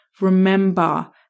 remember